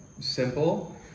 simple